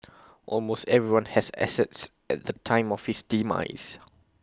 almost everyone has assets at the time of his demise